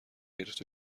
گرفت